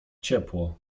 ciepło